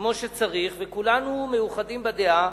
כמו שצריך, וכולנו מאוחדים בדעה